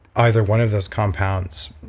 either one of those compounds,